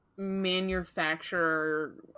manufacture